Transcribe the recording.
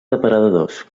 depredadors